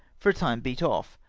for a time beat off,